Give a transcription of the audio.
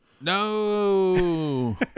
no